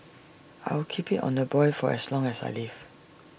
I'll keep IT on the boil for as long as I live